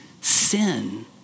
sin